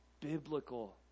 biblical